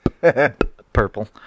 purple